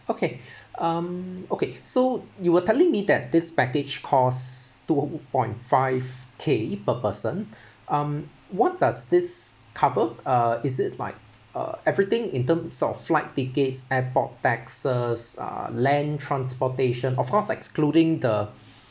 okay um okay so you were telling me that this package costs two point five K per person um what does this cover uh is it like uh everything in terms of flight tickets airport taxes uh land transportation of course excluding the